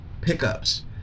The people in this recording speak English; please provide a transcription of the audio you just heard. pickups